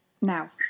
now